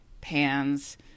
pans